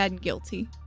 Guilty